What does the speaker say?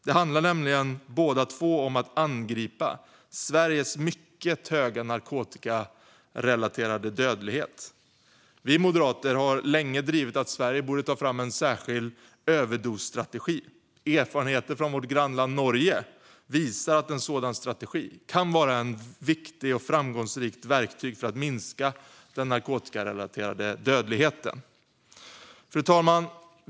De handlar nämligen båda två om att angripa Sveriges mycket höga narkotikarelaterade dödlighet. Vi moderater har länge drivit frågan att Sverige borde ta fram en särskild överdosstrategi. Erfarenheter från vårt grannland Norge visar att en sådan strategi kan vara ett viktigt och framgångsrikt verktyg för att minska den narkotikarelaterade dödligheten. Fru talman!